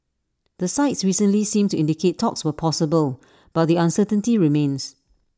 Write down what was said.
the sides recently seemed to indicate talks were possible but the uncertainty remains